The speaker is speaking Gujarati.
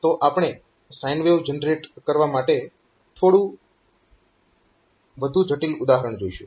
તો આપણે સાઈન વેવ જનરેટ કરવા માટેનું થોડું વધુ જટીલ ઉદાહરણ લઈશું